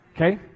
Okay